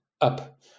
up